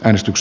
äänestys